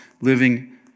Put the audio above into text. Living